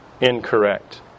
incorrect